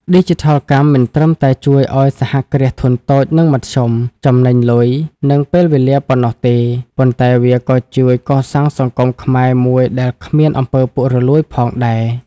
ឌីជីថលកម្មមិនត្រឹមតែជួយឱ្យ សហគ្រាសធុនតូច និងមធ្យម ចំណេញលុយ និងពេលវេលាប៉ុណ្ណោះទេ ប៉ុន្តែវាក៏ជួយកសាងសង្គមខ្មែរមួយដែលគ្មាន អំពើពុករលួយ ផងដែរ។